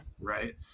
right